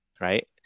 Right